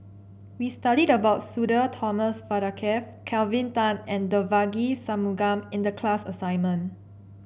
we studied about Sudhir Thomas Vadaketh Kelvin Tan and Devagi Sanmugam in the class assignment